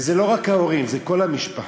וזה לא רק ההורים, זה כל המשפחה,